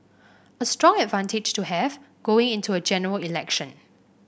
a strong advantage to have going into a General Election